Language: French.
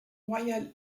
royale